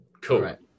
Cool